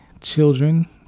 children